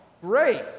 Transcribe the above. great